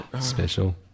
Special